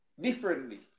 differently